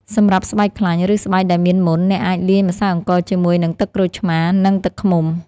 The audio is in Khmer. សម្រាប់ស្បែកខ្លាញ់ ឬស្បែកដែលមានមុន អ្នកអាចលាយម្សៅអង្ករជាមួយនឹងទឹកក្រូចឆ្មារ និងទឹកឃ្មុំ។